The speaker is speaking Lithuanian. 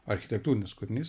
architektūrinis kūrinys